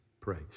Praise